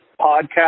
podcast